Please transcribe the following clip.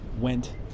went